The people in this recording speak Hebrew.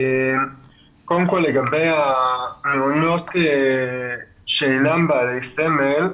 לגבי המעונות שאינן בעלי סמל,